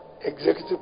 executive